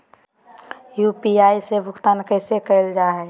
UPI से भुगतान कैसे कैल जहै?